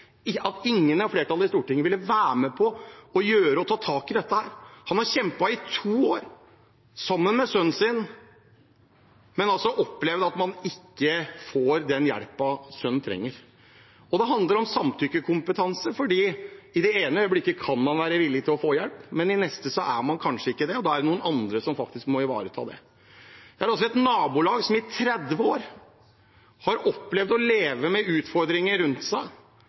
dette, har kjempet i to år, sammen med sønnen sin, men har altså opplevd at man ikke får den hjelpen sønnen trenger. Det handler om samtykkekompetanse, for i det ene øyeblikket kan man være villig til å få hjelp, men i det neste er man kanskje ikke det, og da er det noen andre som må ivareta det. Det er et nabolag som i 30 år har opplevd å leve med utfordringer rundt seg,